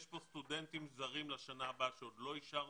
יש פה סטודנטים זרים לשנה הבאה שעוד לא אישרנו,